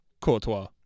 Courtois